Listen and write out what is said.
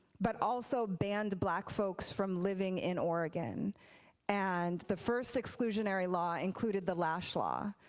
but also banned black folks from living in oregon and the first exclusionary law included the lash law,